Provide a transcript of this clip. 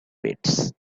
pits